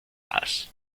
has